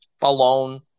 alone